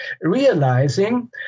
realizing